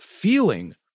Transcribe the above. feeling